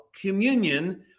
communion